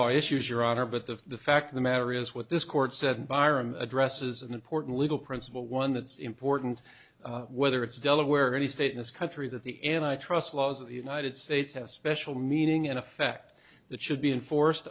law issues your honor but the fact of the matter is what this court said byrom addresses an important legal principle one that's important whether it's delaware or any state in this country that the and i trust laws of the united states have special meaning in effect that should be enforced